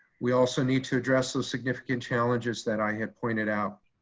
we also need to address those significant challenges that i had pointed out.